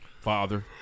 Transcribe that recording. Father